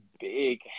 big